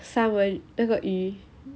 三文那个鱼